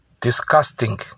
disgusting